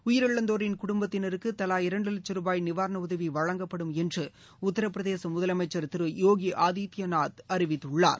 உயிரிழந்தோரின் குடும்பத்தினருக்கு தலா இரண்டு லட்ச ரூபாய் நிவாரண உதவி வழங்கப்படும் என்று உத்திரபிரதேச முதலமைச்சர் திரு யோகி ஆதித்யநாத் அறிவித்துள்ளார்